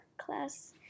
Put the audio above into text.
class